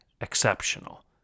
exceptional